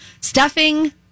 Stuffing